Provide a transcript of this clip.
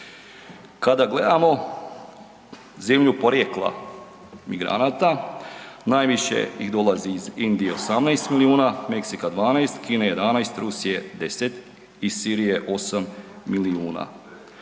Kada gledamo zemlju porijekla migranata, najviše ih dolazi iz Indije 18 milijuna, Meksika 12, Kine 11, Rusije 10 i Sirije 8 milijuna.